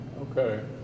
Okay